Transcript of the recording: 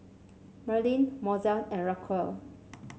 Merlyn Mozell and Racquel